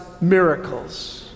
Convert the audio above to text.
miracles